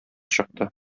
чыкты